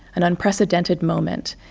an unprecedented moment,